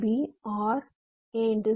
B OR A